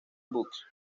books